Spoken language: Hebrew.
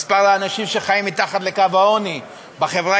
שמספר האנשים שחיים מתחת לקו העוני בחברה